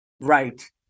Right